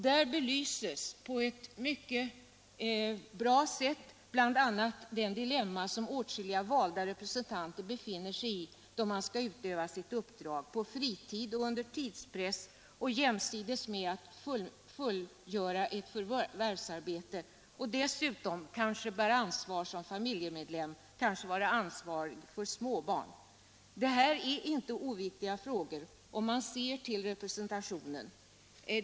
Där belyses på ett mycket bra sätt bl.a. det dilemma som åtskilliga valda representanter befinner sig i då de skall utöva sitt uppdrag på fritid, under tidspress och jämsides med fullgörande av ett förvärvsarbete och dessutom när de kanske har ansvar som familjemedlemmar, kanske är ansvariga för småbarn. Det här är inte oviktiga frågor om man ser till representationen.